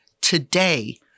today